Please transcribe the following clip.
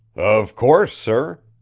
of course, sir.